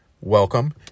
welcome